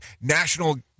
national